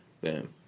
Bam